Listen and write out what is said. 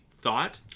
thought